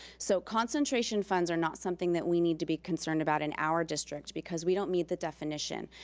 so concentration funds are not something that we need to be concerned about in our district because we don't meet the definition.